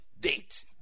date